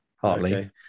partly